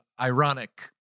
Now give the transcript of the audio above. ironic